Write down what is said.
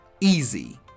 easy